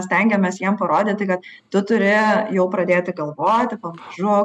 stengiamės jam parodyti kad tu turi jau pradėti galvoti pamažu